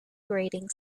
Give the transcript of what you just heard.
grating